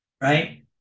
right